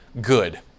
good